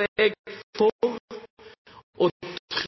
er jeg for å trygge nabolag. Jeg er for